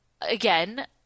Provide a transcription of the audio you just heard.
again